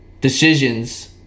decisions